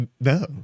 no